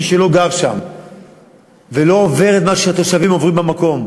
מי שלא גר שם ולא עובר את מה שהתושבים עוברים במקום,